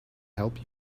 help